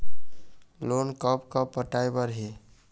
Loan कब कब पटाए बर हे?